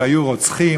שהיו רוצחים.